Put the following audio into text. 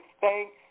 thanks